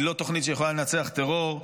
היא לא תוכנית שיכולה לנצח טרור,